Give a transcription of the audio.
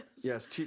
Yes